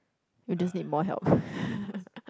you just need more help